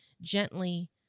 gently